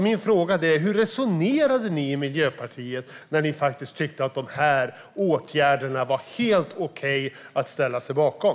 Min fråga är alltså: Hur resonerade ni i Miljöpartiet när ni tyckte att dessa åtgärder var helt okej att ställa sig bakom?